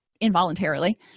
involuntarily